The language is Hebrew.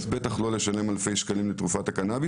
ובטח לא לשלם אלפי שקלים לקנביס.